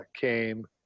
came